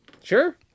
Sure